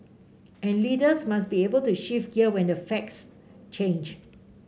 and leaders must be able to shift gear when the facts change